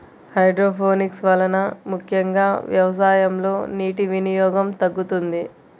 hydroponics వలన ముఖ్యంగా వ్యవసాయంలో నీటి వినియోగం తగ్గుతుంది